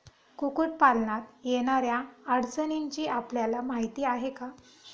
कुक्कुटपालनात येणाऱ्या अडचणींची आपल्याला माहिती आहे का?